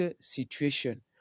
situation